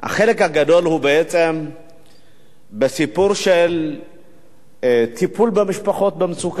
החלק הגדול הוא בעצם בסיפור של טיפול במשפחות במצוקה